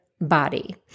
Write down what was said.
body